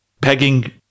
pegging